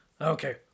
Okay